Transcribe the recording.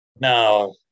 No